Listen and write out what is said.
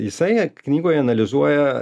jisai net knygoj analizuoja